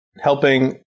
helping